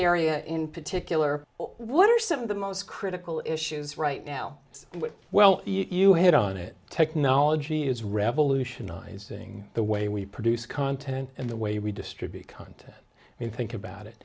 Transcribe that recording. area in particular what are some of the most critical issues right now well you hit on it technology is revolutionizing the way we produce content and the way we distribute content i mean think about it